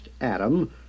Adam